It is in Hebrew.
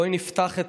בואי נפתח את